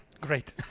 great